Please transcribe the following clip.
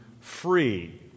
free